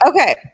Okay